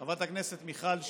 חברת הכנסת מיכל שיר,